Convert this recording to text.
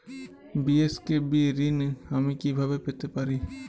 BSKB ঋণ আমি কিভাবে পেতে পারি?